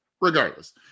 regardless